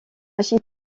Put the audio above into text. est